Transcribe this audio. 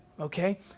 Okay